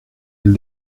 del